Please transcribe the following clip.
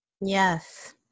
Yes